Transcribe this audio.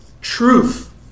truth